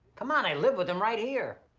c'mon, i lived with him, right here.